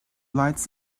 lights